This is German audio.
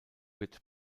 wird